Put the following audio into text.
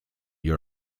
you